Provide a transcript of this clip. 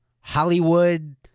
Hollywood